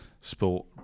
sport